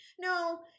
no